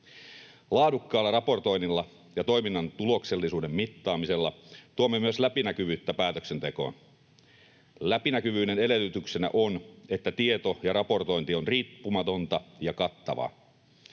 Laadukkaalla raportoinnilla ja toiminnan tuloksellisuuden mittaamisella tuomme myös läpinäkyvyyttä päätöksentekoon. Läpinäkyvyyden edellytyksenä on, että tieto ja raportointi on riippumatonta ja kattavaa.